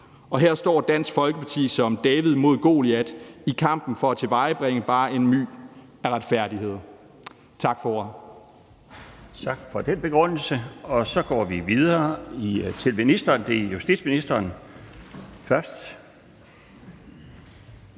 og her står Dansk Folkeparti som David mod Goliat i kampen for at tilvejebringe bare en my af retfærdighed. Tak for